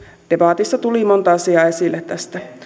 debatissa tuli monta asiaa esille tästä